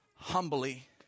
Humbly